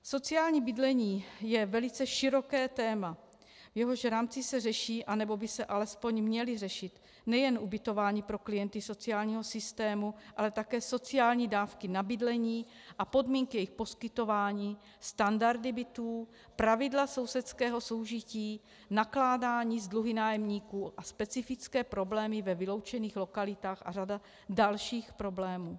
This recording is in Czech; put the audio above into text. Sociální bydlení je velice široké téma, v jehož rámci se řeší, anebo by se alespoň mělo řešit nejen ubytování pro klienty sociálního systému, ale také sociální dávky na bydlení a podmínky jejich poskytování, standardy bytů, pravidla sousedského soužití, nakládání s dluhy nájemníků a specifické problémy ve vyloučených lokalitách a řada dalších problémů.